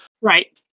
Right